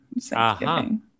Thanksgiving